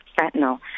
fentanyl